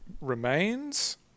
remains